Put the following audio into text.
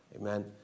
Amen